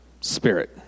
spirit